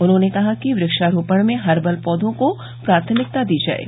उन्होंने कहा कि वृक्षारोपण में हर्बल पोधों को प्राथमिकता दी जाये